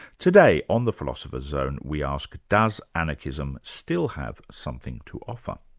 today on the philosopher's zone we ask, does anarchism still have something to offer?